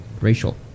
Racial